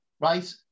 Right